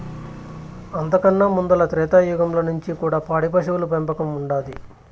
అంతకన్నా ముందల త్రేతాయుగంల నుంచి కూడా పాడి పశువుల పెంపకం ఉండాది